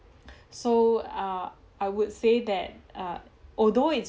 so err I would say that uh although is